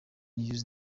used